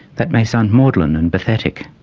that may sound maudlin and pathetic,